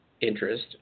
Interest